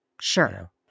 sure